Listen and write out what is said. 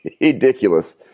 ridiculous